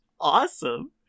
Awesome